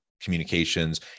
communications